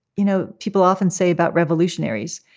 you know, people often say about revolutionaries.